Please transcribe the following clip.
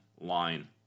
line